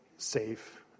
safe